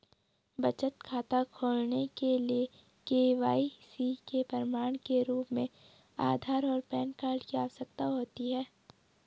बचत खाता खोलने के लिए के.वाई.सी के प्रमाण के रूप में आधार और पैन कार्ड की आवश्यकता होती है